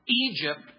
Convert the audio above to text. Egypt